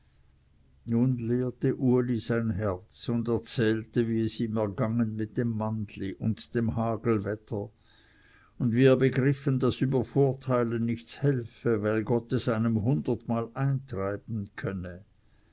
sein herz und erzählte wie es ihm ergangen mit dem mannli und dem hagelwetter und wie er begriffen daß übervorteilen nichts helfe weil gott es einem hundertmal eintreiben könne